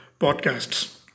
podcasts